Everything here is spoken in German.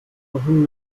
wohin